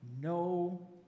no